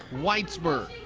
whitesburg,